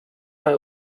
bei